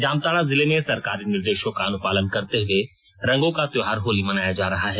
जामताड़ा जिले में सरकारी निर्देशों का अनुपालन करते हुए रंगों का त्योहार होली मनाया जा रहा है